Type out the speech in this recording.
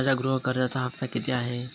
माझ्या गृह कर्जाचा हफ्ता किती आहे?